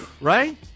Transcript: Right